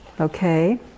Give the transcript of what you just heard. okay